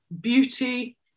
beauty